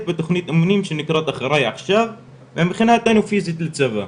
בתוכנית אמנים שנקראת אחריי עכשיו ומכינה אותנו פיסית לצבא,